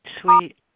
Sweet